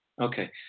Okay